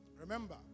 Remember